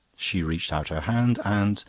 she reached out her hand and,